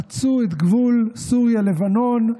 חצו את גבול סוריה לבנון,